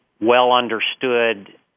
well-understood